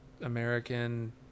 american